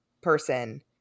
person